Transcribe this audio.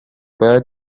برای